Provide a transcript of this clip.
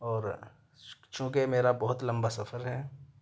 اور چوں کہ میرا بہت لمبا سفر ہے